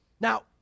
Now